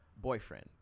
boyfriend